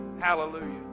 Hallelujah